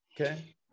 okay